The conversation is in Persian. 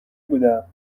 بودم